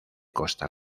costa